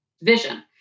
vision